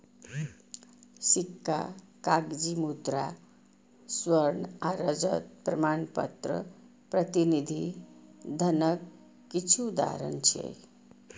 सिक्का, कागजी मुद्रा, स्वर्ण आ रजत प्रमाणपत्र प्रतिनिधि धनक किछु उदाहरण छियै